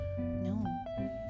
no